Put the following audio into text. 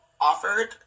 offered